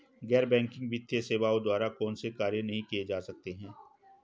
गैर बैंकिंग वित्तीय सेवाओं द्वारा कौनसे कार्य नहीं किए जा सकते हैं?